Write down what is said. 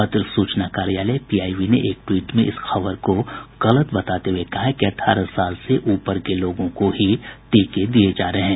पत्र सूचना कार्यालय पीआईबी ने एक ट्वीट में इस खबर को गलत बताते हुये कहा है कि अठारह साल से ऊपर के लोगों को ही टीके दिये जा रहे हैं